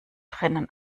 drinnen